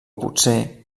potser